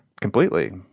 completely